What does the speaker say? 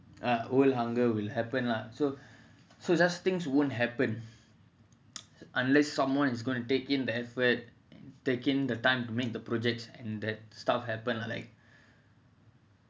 world hunger will happen lah so so just things won't happen unless someone is gonna take in the effort and taking the time to make projects and that stuff happen lah like